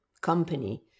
company